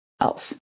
else